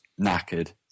knackered